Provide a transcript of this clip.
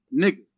nigga